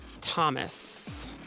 Thomas